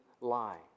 lie